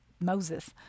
Moses